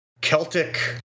Celtic